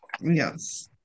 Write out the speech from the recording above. Yes